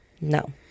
No